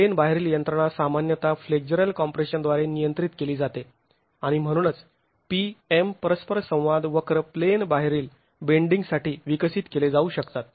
plain बाहेरील यंत्रणा सामान्यतः फ्लेक्झरल कॉम्प्रेशन द्वारे नियंत्रित केली जाते आणि म्हणूनच P M परस्पर संवाद वक्र प्लेन बाहेरील बेंडींग साठी विकसित केले जाऊ शकतात